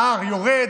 ה-R יורד,